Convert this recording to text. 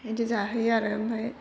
बेदि जाहोयो आरो ओमफ्राय